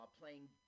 playing